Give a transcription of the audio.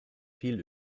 viel